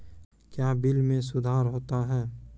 क्या बिल मे सुधार होता हैं?